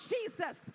Jesus